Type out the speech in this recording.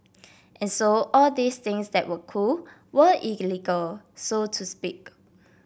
and so all these things that were cool were illegal so to speak